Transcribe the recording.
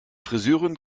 friseurin